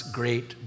great